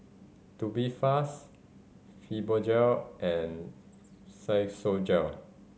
Tubifast Fibogel and Physiogel